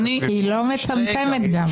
היא גם לא מצמצמת.